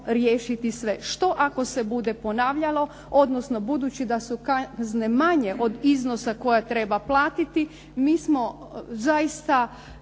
riješiti sve. Što ako se bude ponavljalo? Odnosno budući da su kazne manje od iznosa koje treba platiti, mi smo zaista